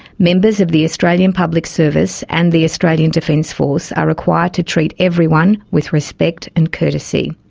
members of the australian public service and the australian defence force are required to treat everyone with respect and courtesy.